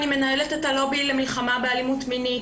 אני מנהלת את הלובי למלחמה באלימות מינית.